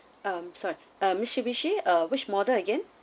um sorry uh Mitsubishi uh which model again